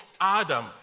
Adam